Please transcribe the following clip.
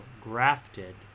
grafted